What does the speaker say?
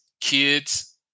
kids